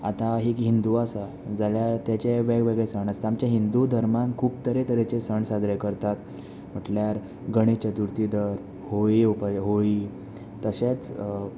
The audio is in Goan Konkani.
आतां एक हिंदू आसा जाल्यार ताचें वेगवेगळे सण आसता आमच्या हिंदू धर्मांत खूब तरेतरेचे सण साजरे करतात म्हटल्यार गणेश चतुर्थी धर होळी येवपाची होळी तशेंच